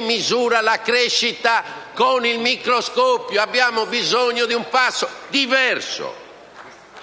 misura la crescita con il microscopio. Abbiamo bisogno di un passo diverso.